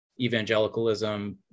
evangelicalism